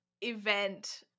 event